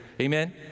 Amen